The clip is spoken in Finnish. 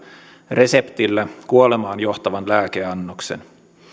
reseptillä kuolemaan johtavan lääkeannoksen